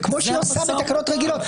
כמו שהיא עושה בתקנות רגילות,